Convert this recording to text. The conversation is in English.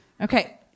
Okay